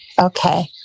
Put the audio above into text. okay